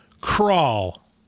Crawl